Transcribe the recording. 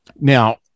Now